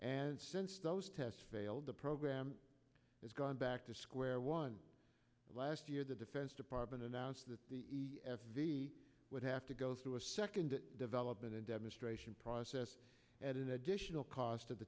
and since those tests failed the program has gone back to square one last year the defense department announced that the f d a would have to go through a second development a demonstration process at an additional cost of the